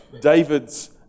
David's